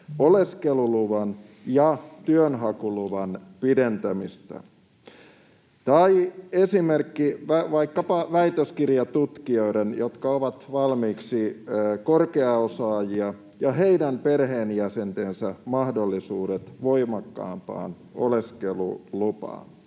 oleskeluluvan ja työnhakuluvan pidentämisestä, tai esimerkiksi vaikkapa väitöskirjatutkijoiden, jotka ovat valmiiksi korkeaosaajia, ja heidän perheenjäsentensä mahdollisuudelle voimakkaampaan oleskelulupaan?